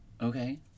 Okay